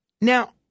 Now